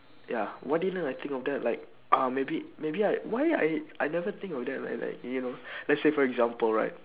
ya why didn't I think of that like uh maybe maybe I why I I never think of that man like like you know let's say for example right